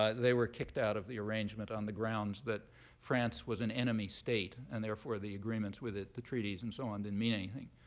ah they were kicked out of the arrangement on the grounds that france was an enemy state, and therefore the agreements with it, the treaties and so on, didn't mean anything.